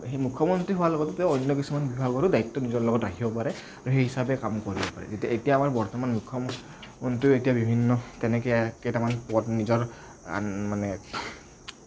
মুখ্যমন্ত্ৰী হোৱাৰ লগতে তেওঁ অন্য কিছুমান বিভাগৰো দায়িত্ব নিজৰ লগত ৰাখিব পাৰে আৰু সেই হিচাপে কাম কৰিব পাৰে এতিয়া আমাৰ বৰ্তমান মুখ্যমন্ত্ৰীও এতিয়া বিভিন্ন তেনেকে কেইটামান পদ নিজৰ মানে